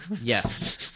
Yes